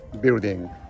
building